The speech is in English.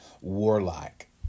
warlike